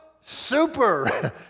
super